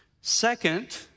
Second